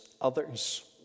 others